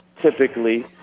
typically